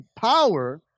power